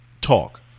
talk